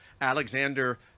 Alexander